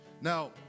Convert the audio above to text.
Now